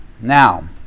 Now